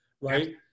right